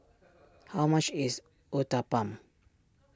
how much is Uthapam